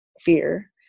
fear